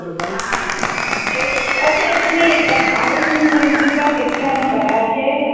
आं आं ते हय ते तुमी हाडून दिवपाक शकतात न्हू घरा अशें